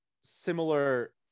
similar